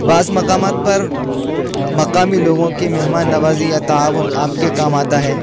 بعض مقامات پر مقامی لوگوں کی مہمان نوازی یا تعاون آپ کے کام آتا ہے